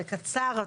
זה קצר.